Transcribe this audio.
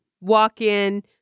walk-in